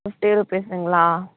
fifty ருப்பீஸுங்களா